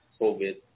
COVID